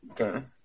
Okay